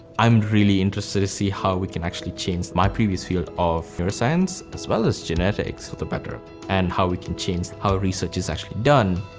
i'm really interested to see how we can actually change my previous field of neuroscience as well as genetics, for the better and how we can change how research is actually done.